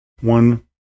One